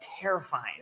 terrifying